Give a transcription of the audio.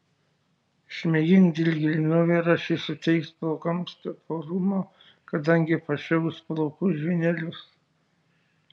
išmėgink dilgėlių nuovirą šis suteiks plaukams purumo kadangi pašiauš plaukų žvynelius